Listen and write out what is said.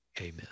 Amen